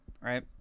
right